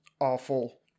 awful